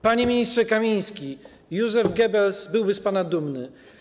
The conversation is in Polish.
Panie ministrze Kamiński, Joseph Goebbels byłby z pana dumny.